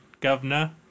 Governor